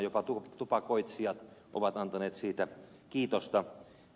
jopa tupakoitsijat ovat antaneet siitä kiitosta